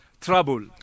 trouble